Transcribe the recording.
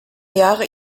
jahre